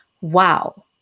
Wow